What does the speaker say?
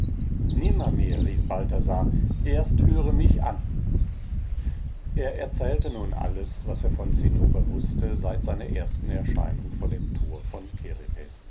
nimmermehr rief balthasar erst höre mich an er erzählte nun alles was er von zinnober wußte seit seiner ersten erscheinung vor dem tor von